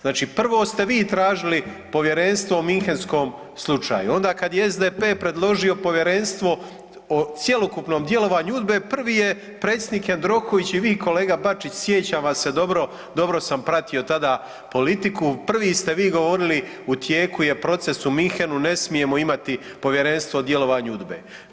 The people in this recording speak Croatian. Znači, prvo ste vi tražili povjerenstvo o Munchenskom slučaju, onda kad je SDP predložio povjerenstvo o cjelokupnom djelovanju UDB-e prvi je predsjednik Jandroković i vi kolega Bačić sjećam vas se dobro, dobro sam pratio tada politiku, prvi ste vi govorili u tijeku je proces u Munchenu, ne smijemo imati povjerenstvo o djelovanju UDBA-e.